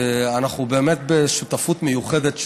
שאנחנו באמת בשותפות מיוחדת,